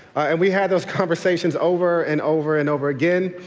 and we had those conversations over and over and over again.